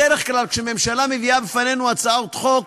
בדרך כלל כשהממשלה מביאה לפנינו הצעות חוק